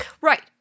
Right